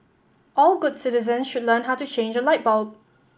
all good citizens should learn how to change a light bulb